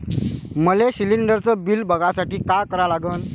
मले शिलिंडरचं बिल बघसाठी का करा लागन?